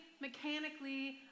mechanically